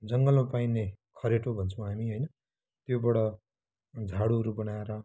जङ्गलमा पाइने खरेटो भन्छौँ हामी होइन त्योबाट झाडुहरू बनाएर